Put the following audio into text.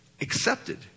accepted